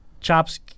Chops